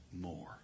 more